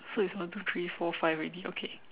so it's one two three four five already okay